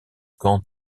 camp